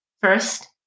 first